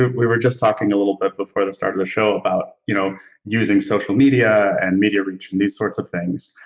we were just talking a little bit before the start of the show about you know using social media and media reach and these sorts of things,